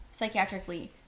psychiatrically